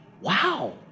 Wow